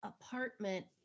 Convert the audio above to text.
apartment